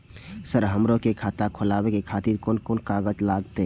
Sir हमरो के खाता खोलावे के खातिर कोन कोन कागज लागते?